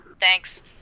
Thanks